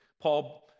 Paul